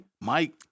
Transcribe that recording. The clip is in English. Mike